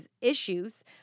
issues